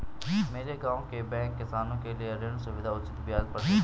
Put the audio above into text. मेरे गांव के बैंक किसानों के लिए ऋण सुविधाएं उचित ब्याज पर देते हैं